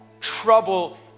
trouble